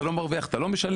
אתה לא מרוויח אתה לא משלם,